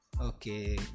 okay